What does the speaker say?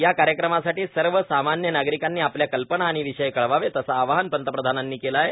या कार्यक्रमासाठी सर्वसामान्य नागरिकांनी आपल्या कल्पना आणि विषय कळवावेत असं आवाहन पंतप्रधानांनी केलं आहे